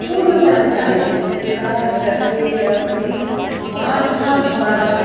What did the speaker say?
पूर्वतनकाले यदा सर्वे अपि वार्ताद्वारा